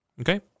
Okay